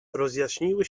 rozjaśniły